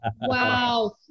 Wow